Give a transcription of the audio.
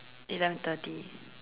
eleven thirty